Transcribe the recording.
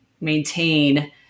maintain